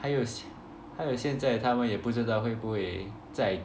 还有还有现在他们也不知道会不会再